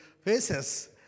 faces